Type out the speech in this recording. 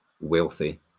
wealthy